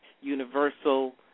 universal